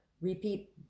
repeat